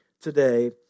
today